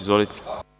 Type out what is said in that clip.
Izvolite.